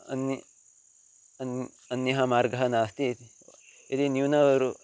अन्यः अन्यः अन्यः मार्गः नास्ति यदि न्यूनवरम्